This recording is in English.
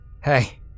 Hey